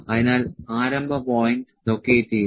അതിനാൽ ആരംഭ point locate ചെയ്യുന്നു